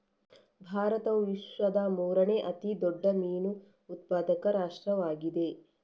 ಭಾರತವು ವಿಶ್ವದ ಮೂರನೇ ಅತಿ ದೊಡ್ಡ ಮೀನು ಉತ್ಪಾದಕ ರಾಷ್ಟ್ರವಾಗಿದೆ